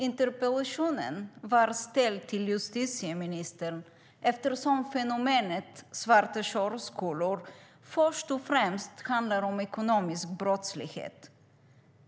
Interpellationen var ställd till justitieministern eftersom fenomenet svarta körskolor först och främst handlar om ekonomisk brottslighet.